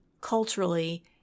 culturally